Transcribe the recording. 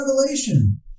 Revelation